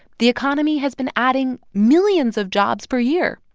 the economy has been adding millions of jobs per year,